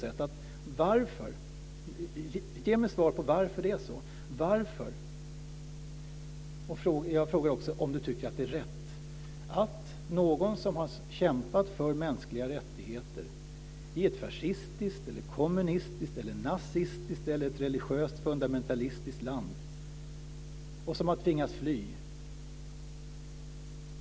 Jag vill att finansministern ger mig ett svar på varför det är så här och även om han tycker att det är rätt: Ta en person som har kämpat för mänskliga rättigheter i ett fascistiskt, kommunistiskt, nazistiskt eller religiöst fundamentalistiskt land och har tvingats fly.